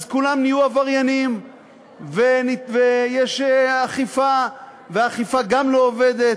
אז כולם נהיו עבריינים ויש אכיפה והאכיפה גם לא עובדת.